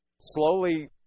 slowly